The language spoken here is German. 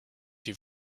die